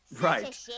right